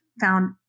found